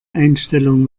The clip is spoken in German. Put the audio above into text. einstellung